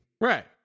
Right